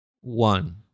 One